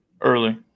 early